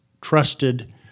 trusted